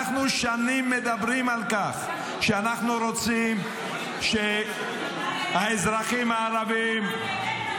אנחנו שנים מדברים על כך שאנחנו רוצים שהאזרחים הערבים --- אבל באמת,